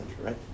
right